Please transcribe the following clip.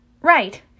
right